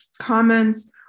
comments